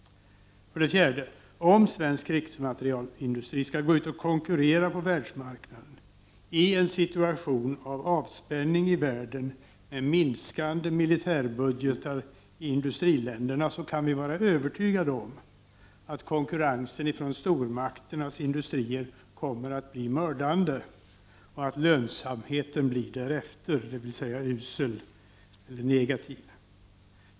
Om svensk krigsmaterielindustri skall gå ut och konkurrera på världsmarknaden i en situation av avspänning i världen, med minskande militärbudgetar i industriländerna, så kan vi vara övertygade om att konkurrensen från stormakternas industrier blir mördande och att lönsamheten blir därefter, dvs. usel eller negativ.